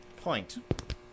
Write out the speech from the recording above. Point